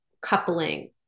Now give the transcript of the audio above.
coupling